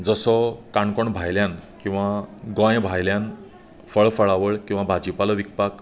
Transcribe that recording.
जसो काणकोण भायल्यान किंवा गोंय भायल्यान फळफळावळ किंवा भाजीपालो विकपाक